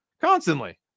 Constantly